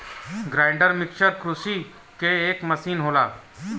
grinder mixer कृषि क एक मसीन होला